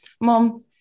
Mom